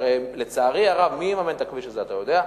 הרי, לצערי הרב, מי יממן את הכביש הזה, אתה יודע?